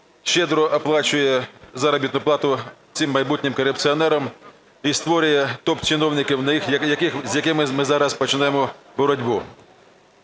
щедро оплачує заробітну плату цим майбутнім корупціонерам і створює топ-чиновників, з якими ми зараз почнемо боротьбу.